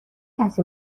کسی